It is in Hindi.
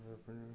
वो अपने